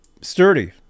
Sturdy